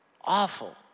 awful